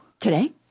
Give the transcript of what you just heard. today